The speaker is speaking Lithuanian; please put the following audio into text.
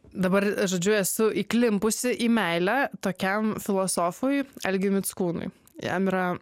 dabar žodžiu esu įklimpusi į meilę tokiam filosofui algiui mickūnui jam yra